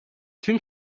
tüm